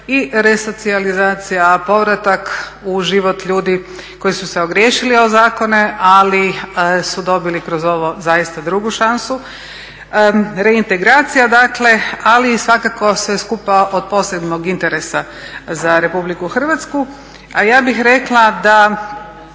i resocijalizacija, povratak u život ljudi koji su se ogriješili u zakone, ali su dobili kroz ovo zaista drugu šansu. Reintegracija, dakle ali i svakako sve skupa od posebnog interesa za Republiku Hrvatsku. A ja bih rekla da